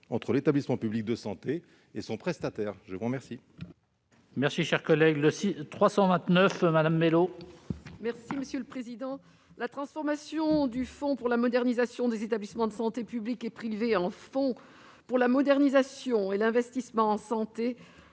entre l'établissement public de santé et son prestataire. L'amendement